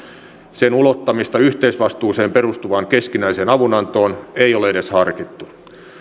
sen ulottamista yhteisvastuuseen perustuvaan keskinäiseen avunantoon ei ole edes harkittu